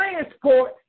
transport